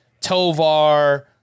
Tovar